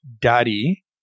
daddy